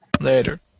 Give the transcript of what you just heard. Later